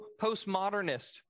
postmodernist